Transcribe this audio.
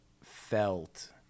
felt